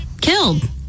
killed